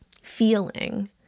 feeling